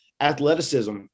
athleticism